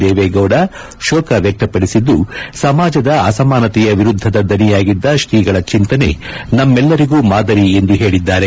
ದೇವೇಗೌಡ ಶೋಕ ವ್ಯಕ್ತಪಡಿಸಿದ್ದು ಸಮಾಜದ ಅಸಮಾನತೆಯ ವಿರುದ್ದದ ದನಿಯಾಗಿದ್ದ ಶ್ರೀಗಳ ಚಿಂತನೆ ನಮ್ಮೆಲ್ಲರಿಗೂ ಮಾದರಿ ಎಂದು ಹೇಳಿದ್ದಾರೆ